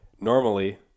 normally